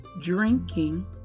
drinking